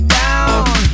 down